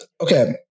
okay